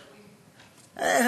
עכורים.